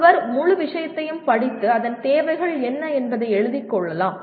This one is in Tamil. ஒருவர் முழு விஷயத்தையும் படித்து அதன் தேவைகள் என்ன என்பதை எழுதிக் கொள்ளலாம்